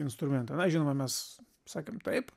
instrumentą na žinoma mes sakėm taip